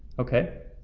okay.